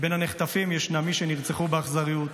מבין הנחטפים ישנם מי שנרצחו באכזריות,